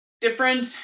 different